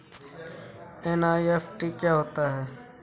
NEFT क्या होता है?